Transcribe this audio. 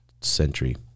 century